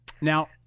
Now